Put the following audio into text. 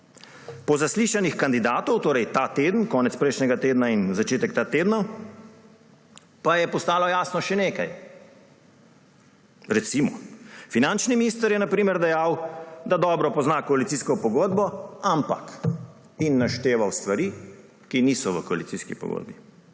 po zaslišanjih kandidatov, torej ta teden, konec prejšnjega tedna in začetek tega tedna, je postalo jasno še nekaj. Finančni minister je na primer dejal, da dobro pozna koalicijsko pogodbo, ampak … In je našteval stvari, ki niso v koalicijski pogodbi.